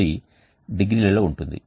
అది డిగ్రీలలో ఉంటుంది